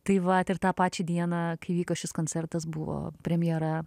tai vat ir tą pačią dieną kai vyko šis koncertas buvo premjera